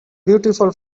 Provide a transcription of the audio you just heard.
beautiful